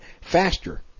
faster